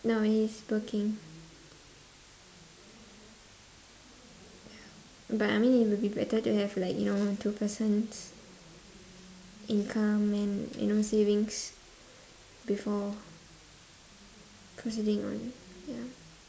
no he's working but I mean it will be better to have like you know two persons income and you know savings before proceeding on ya